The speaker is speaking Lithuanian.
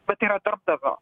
vat yra darbdavio